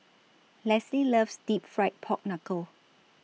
Lesly loves Deep Fried Pork Knuckle